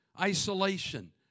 isolation